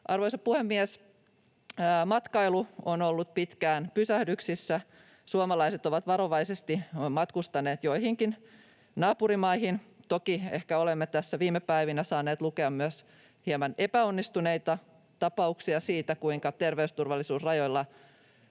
Arvoisa puhemies! Matkailu on ollut pitkään pysähdyksissä. Suomalaiset ovat varovaisesti matkustaneet joihinkin naapurimaihin. Toki ehkä olemme tässä viime päivinä saaneet lukea myös hieman epäonnistuneista tapauksista: siitä, kuinka terveysturvallisuus rajoilla